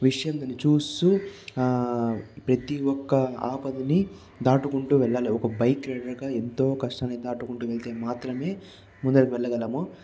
విషయంను చూస్తూ ప్రతి ఒక్క ఆపదని దాటుకుంటూ వెళ్ళాలి ఒక బైక్ రైడర్ గా ఎంతో కష్టాన్ని దాటుకొని వెళ్తే మాత్రమే ముందరకు వెళ్ళగలము